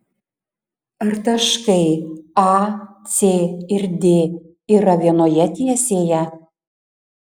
ar taškai a c ir d yra vienoje tiesėje